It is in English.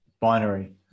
binary